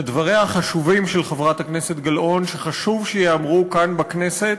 לדבריה החשובים של חברת הכנסת גלאון שחשוב שייאמרו כאן בכנסת